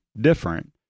different